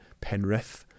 Penrith